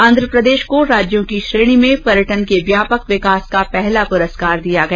आंध्रप्रदेश को राज्यों की श्रेणी में पर्यटन के व्यापक विकास का पहला पुरस्कार दिया गया